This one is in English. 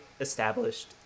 established